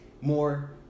more